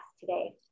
today